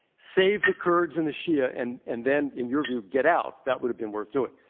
save the kurds and the shia and and then, in your view, get out, that would have been worth doing.